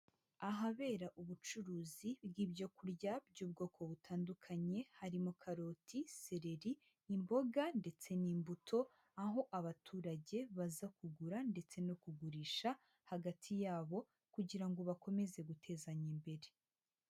Ahabera ubucuruzi bw'ibyo kurya by'ubwoko butandukanye, harimo karoti, seleri, imboga ndetse n'imbuto, aho abaturage baza kugura ndetse no kugurisha hagati yabo kugira ngo bakomeze gutezanya imbere.